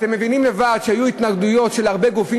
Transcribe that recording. אתם מבינים לבד שהיו התנגדויות של הרבה גופים